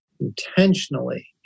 intentionally